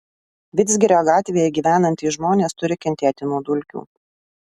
vidzgirio gatvėje gyvenantys žmonės turi kentėti nuo dulkių